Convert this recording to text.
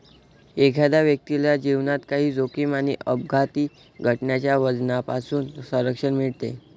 एखाद्या व्यक्तीला जीवनात काही जोखीम आणि अपघाती घटनांच्या वजनापासून संरक्षण मिळते